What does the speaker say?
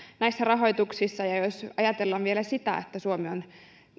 näissä rahoituksissa jos ajatellaan vielä sitä että suomi on